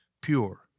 pure